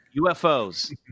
UFOs